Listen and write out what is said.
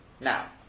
Now